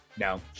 No